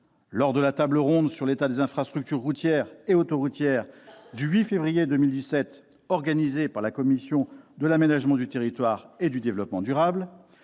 lors de la table ronde sur l'état des infrastructures routières et autoroutières du 8 février 2017, organisée par la commission de l'aménagement du territoire et du développement durable,